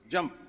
Jump